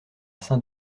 saint